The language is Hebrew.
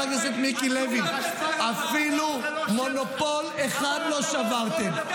אפילו מונופול אחד לא שברתם.